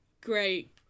Great